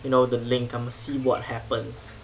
you know the link I'm see what happens